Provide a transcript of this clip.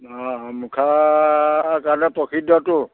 অঁ মুখাৰ কাৰণে প্ৰসিদ্ধতো